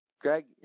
Greg